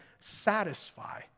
satisfy